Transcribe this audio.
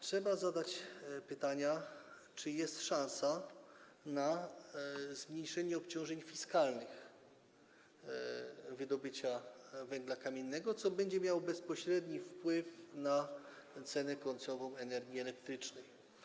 Trzeba zadać pytania, czy jest szansa na zmniejszenie obciążeń fiskalnych wydobycia węgla kamiennego, co będzie miało bezpośredni wpływ na cenę końcową energii elektrycznej.